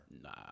Nah